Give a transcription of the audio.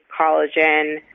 collagen